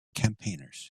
campaigners